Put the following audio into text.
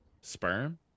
sperm